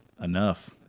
enough